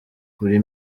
kuri